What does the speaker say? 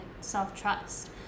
self-trust